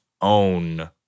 own